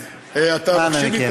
אז אנא מכם.